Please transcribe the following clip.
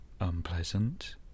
unpleasant